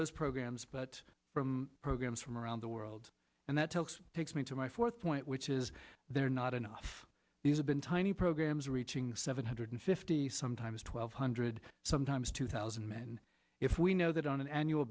those programs but programs from around the world and that helps takes me to my fourth point which is there are not enough these have been tiny programs reaching seven hundred fifty sometimes twelve hundred sometimes two thousand men if we know that on an annual